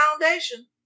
foundation